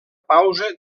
pausa